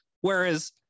Whereas